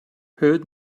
heard